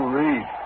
read